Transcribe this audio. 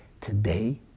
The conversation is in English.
today